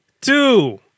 two